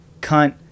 cunt